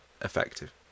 effective